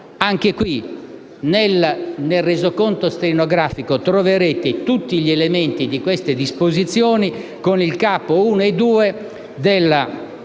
caso, nel resoconto stenografico troverete tutti gli elementi di tali disposizioni, con il Capo I e II del